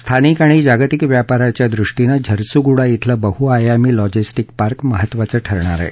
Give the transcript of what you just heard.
स्थानिक आणि जागतिक व्यापाराच्या दृष्टीनं झरसगुडा शिलं बहआयामी लॉजिस्टीक पार्क महत्त्वाचं ठरणार आहे